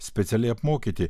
specialiai apmokyti